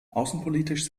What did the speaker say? außenpolitisch